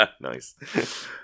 Nice